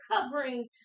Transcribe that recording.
covering